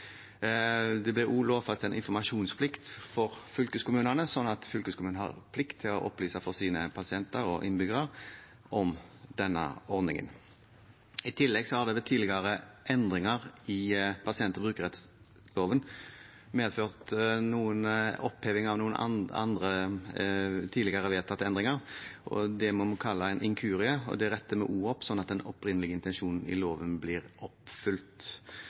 Det blir også lovfestet en informasjonsplikt for fylkeskommunene, sånn at fylkeskommunen har plikt til å opplyse sine pasienter og innbyggere om denne ordningen. I tillegg har tidligere endringer i pasient- og brukerrettighetsloven medført oppheving av andre, tidligere vedtatte endringer. Det må vi kalle en inkurie, og det retter vi også opp, sånn at den opprinnelige intensjonen i loven blir oppfylt.